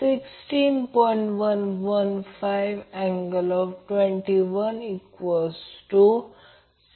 आणि आकृती 10 पासून हा करंट Ia येथे प्रवेश करत आहे